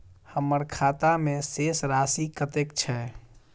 हम्मर खाता मे शेष राशि कतेक छैय?